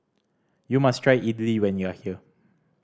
you must try Idili when you are here